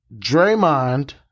Draymond